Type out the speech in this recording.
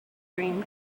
dream